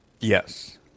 Yes